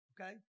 Okay